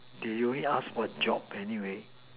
there only ask for job anyway